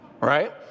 Right